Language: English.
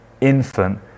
infant